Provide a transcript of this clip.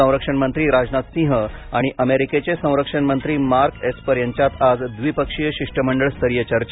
संरक्षणमंत्री राजनाथ सिंह आणि अमेरिकेचे संरक्षण मंत्री मार्क एस्पर यांच्यात आज द्विपक्षीय शिष्टमंडळ स्तरीय चर्चा